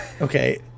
Okay